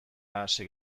ase